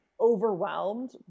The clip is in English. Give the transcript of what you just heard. overwhelmed